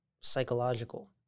psychological